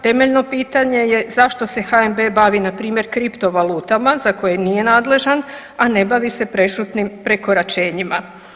Temeljno pitanje je zašto se HNB bavi npr. kripto valutama za koje nije nadležan, a ne bavi se prešutnim prekoračenjima?